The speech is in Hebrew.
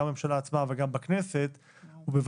גם בממשלה עצמה וגם בכנסת ובוועדותיה,